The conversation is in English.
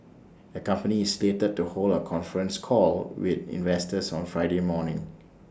the company is slated to hold A conference call with investors on Friday morning